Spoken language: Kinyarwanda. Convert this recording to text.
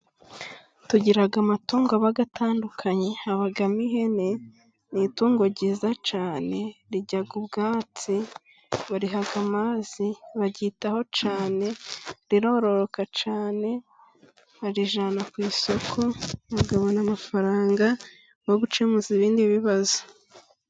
Tugira amatungo aba atandukanye, habamo ihene, ni itungo ryiza cyane, rirya ubwatsi, bariha amazi, baryitaho cyane, rirororoka cyane, barijyana ku isoko, bakabona amafaranga yo gukemuza ibindi bibazo.